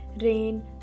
rain